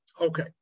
Okay